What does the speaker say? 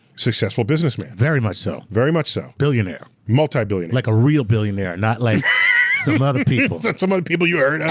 successful businessman. very much so. very much so. billionaire. multi-billionaire. like, a real billionaire, not like some other people. some other people you heard